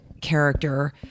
character